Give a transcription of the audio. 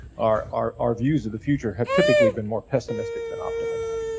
our, our our views of the future have typically been more pessimistic than optimistic.